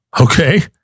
okay